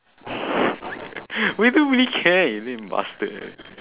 we don't really care your name bastard